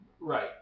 right